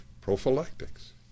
prophylactics